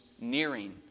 nearing